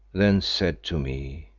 then said to me